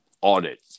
audit